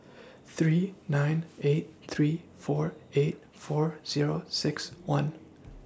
three nine eight three four eight four Zero six one